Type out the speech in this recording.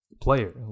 player